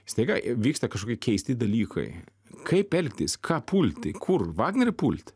staiga vyksta kažkokie keisti dalykai kaip elgtis ką pulti kur vagnerį pult